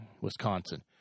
Wisconsin